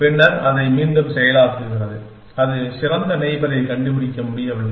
பின்னர் அதை மீண்டும் செயலாக்குகிறது அது சிறந்த நெய்பரைக் கண்டுபிடிக்க முடியவில்லை